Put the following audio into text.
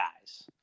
guys